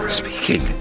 speaking